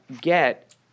get